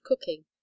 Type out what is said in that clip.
cooking